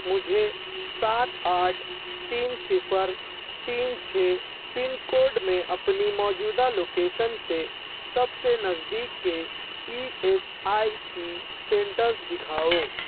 مجھے سات آٹھ تین صفر تین چھ پن کوڈ میں اپنی موجودہ لوکیشن سے سب سے نزدیک کے E S I C centres دکھاؤ